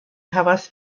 havas